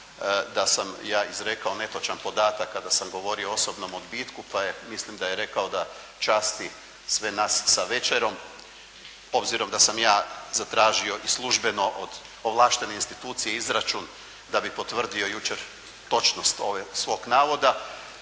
da sam ja izrekao netočan podatak kada sam govorio o osobnom odbitku, pa je, mislim da je rekao da časti sve nas sa večerom, obzirom da sam ja zatražio i službeno od ovlaštene institucije izračun da bih potvrdio jučer točnost ovog svog navoda,